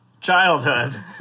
childhood